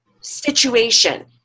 situation